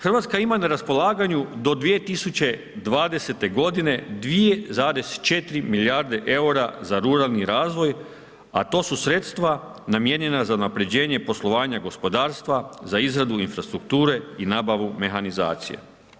Hrvatska ima na raspolaganju do 2020. godine 2,4 milijarde eura za ruralni razvoj, a to su sredstva namijenjena za unaprjeđenje poslovanja gospodarstva, za izradu infrastrukture i nabavu mehanizacije.